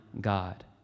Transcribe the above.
God